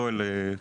יואל,